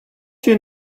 your